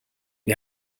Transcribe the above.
wir